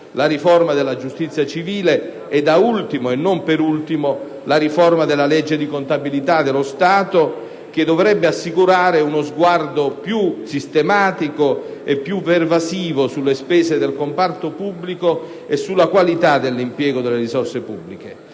la riforma della giustizia civile e da ultimo - ma non per ultima - la riforma della legge di contabilità dello Stato, che dovrebbe assicurare uno sguardo più sistematico e pervasivo sulle spese del comparto pubblico e sulla qualità dell'impiego delle risorse pubbliche.